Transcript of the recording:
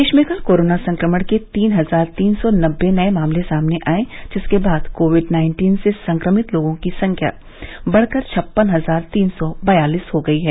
देश में कल कोरोना संक्रमण के तीन हजार तीन सौ नब्बे नए मामले सामने आए जिसके बाद कोविड नाइन्टीन से संक्रमित लोगों की कुल संख्या बढ़कर छप्पन हजार तीन सौ बयालीस हो गई है